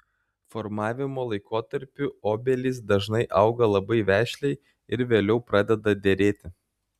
formavimo laikotarpiu obelys dažnai auga labai vešliai ir vėliau pradeda derėti